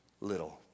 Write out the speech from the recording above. little